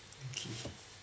okay